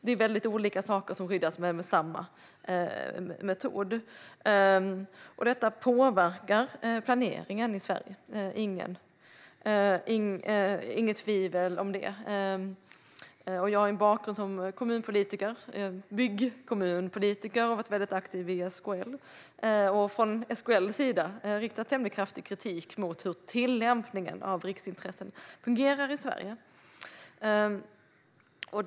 Det är väldigt olika saker som skyddas med samma metod. Detta påverkar planeringen i Sverige - det är inget tvivel om det. Jag har ju en bakgrund som kommunpolitiker i frågor som rör byggande och har varit väldigt aktiv i SKL. Från SKL:s sida har jag riktat tämligen kraftig kritik mot hur tillämpningen av riksintresselagstiftningen fungerar i Sverige.